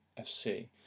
FC